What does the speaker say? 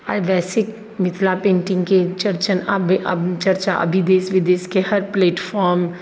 आइ ओनाहो मिथिला पैन्टिङ्गके चर्चन चर्चा अभी देश विदेशके हर प्लेटफॉर्म